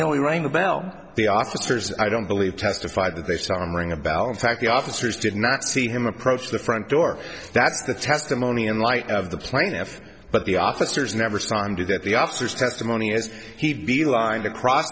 know he rang the bell the officers i don't believe testified that they saw him ring a bell in fact the officers did not see him approach the front door that's the testimony in light of the plaintiff but the officers never saw him do that the officers testimony as he'd be lined across